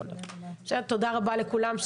תודה רבה לכולם.